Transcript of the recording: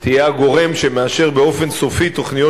תהיה הגורם שמאשר באופן סופי תוכניות